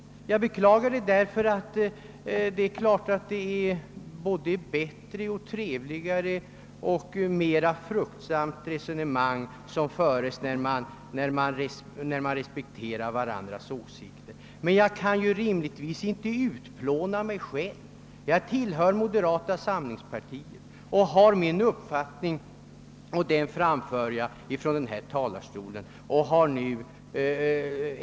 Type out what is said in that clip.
Resonemanget skulle naturligtvis vara trevligare men framför allt mera fruktbart om vi respekterade varandras åsikter. Rimligtvis kan jag inte utplåna mig själv. Jag tillhör moderata samlingspartiet, och min uppfattning framför jag från denna talarstol.